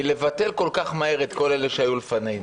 מלבטל כל כך מהר את כל אלה שהיו לפנינו,